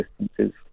distances